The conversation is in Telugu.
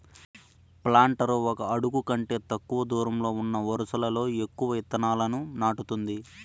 ప్లాంటర్ ఒక అడుగు కంటే తక్కువ దూరంలో ఉన్న వరుసలలో ఎక్కువ ఇత్తనాలను నాటుతుంది